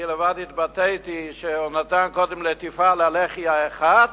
אני לבד התבטאתי שהוא נתן קודם לטיפה ללחי האחת,